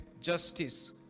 justice